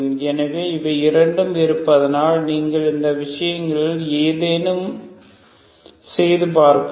எனவே இவை இரண்டும் இருப்பதால் நீங்கள் இந்த விஷயங்களில் ஏதேனும் செய்து பார்க்கலாம்